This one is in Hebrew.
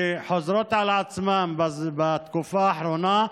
שחוזרות על עצמן בתקופה האחרונה.